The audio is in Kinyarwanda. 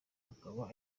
akaba